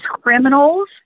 criminals